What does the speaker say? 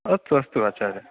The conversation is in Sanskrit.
अस्तु अस्तु आचार्य